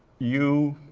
u